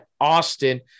Austin